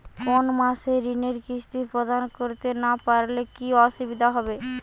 কোনো মাসে ঋণের কিস্তি প্রদান করতে না পারলে কি অসুবিধা হবে?